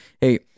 Hey